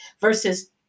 versus